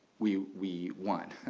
we we want?